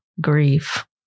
grief